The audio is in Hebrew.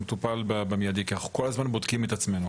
זו הדרך שבה אנחנו מפתחים שירותים לכלל האוכלוסייה במדינת ישראל.